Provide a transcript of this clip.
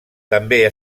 també